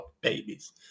babies